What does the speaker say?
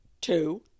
two